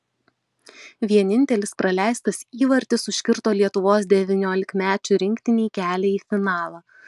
vienintelis praleistas įvartis užkirto lietuvos devyniolikmečių rinktinei kelią į finalą